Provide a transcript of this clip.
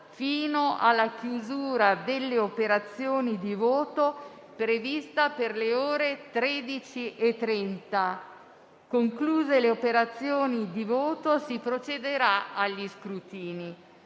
fino alla chiusura delle operazioni di voto, prevista per le ore 13,30. Concluse le operazioni di voto, si procederà agli scrutini.